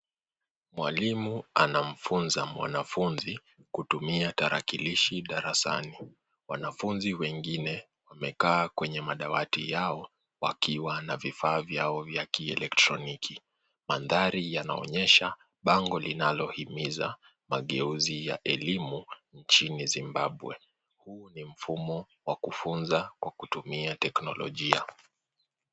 Mwalimu anamfunza mwanafunzi kutumia tarakilishi darasani. Wanafunzi wengine wamekaa kwenye madawati yao wakiwa na vifaa vyao vya kilektroniki. Mandhari yanaonyesha bango linalohimiza mageuzi la elimu nchini Zimbabwe. Huu ni mfumo wa kufunza kwa kutumia teknolojia.